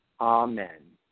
Amen